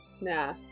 Nah